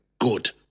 Good